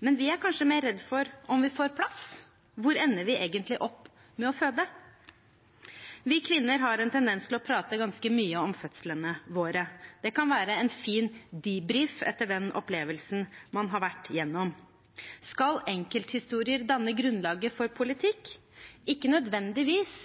men vi er kanskje mer redd for om vi får plass. Hvor ender vi opp med å føde? Vi kvinner har en tendens til å prate ganske mye om fødslene våre. Det kan være en fin debriefing etter den opplevelsen man har vært igjennom. Skal enkelthistorier danne grunnlaget for politikk? Ikke nødvendigvis,